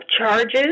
charges